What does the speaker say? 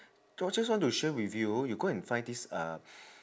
just want to share with you you go and find this uh